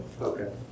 Okay